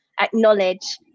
acknowledge